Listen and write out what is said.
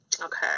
Okay